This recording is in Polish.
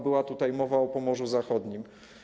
Była tutaj mowa o Pomorzu Zachodnim.